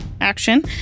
action